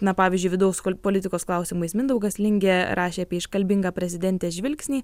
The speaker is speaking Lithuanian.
na pavyzdžiui vidaus politikos klausimais mindaugas lingė rašė apie iškalbingą prezidentės žvilgsnį